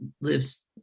lives